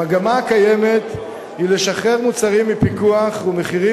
המגמה הקיימת היא לשחרר מוצרים מפיקוח מחירים